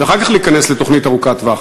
ואחר כך להיכנס לתוכנית ארוכת-טווח?